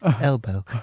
elbow